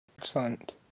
Excellent